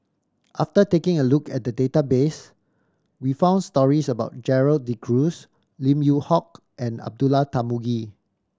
after taking a look at the database we found stories about Gerald De Cruz Lim Yew Hock and Abdullah Tarmugi